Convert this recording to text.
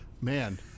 Man